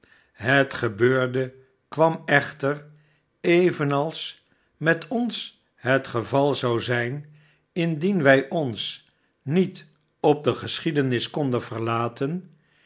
het gebeurde kwam echter evenals rnet ons het geval zou zijn indien wij ons niet op de geschiedenis konden verlaten